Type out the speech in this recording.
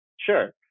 Sure